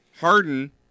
Harden